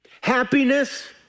happiness